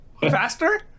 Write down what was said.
faster